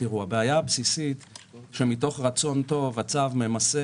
הבעיה הבסיסית היא שמתוך רצון טוב הצו ממסה